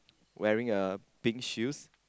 wearing a pink shoes